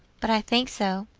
but i think so.